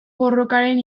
borrokaren